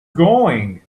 going